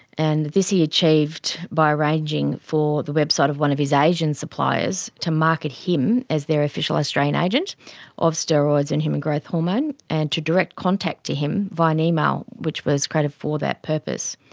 and this he achieved by arranging for the website of one of his asian suppliers to market him as their official australian agent of steroids and human growth hormone and to direct contact to him via an email which was created for that purpose.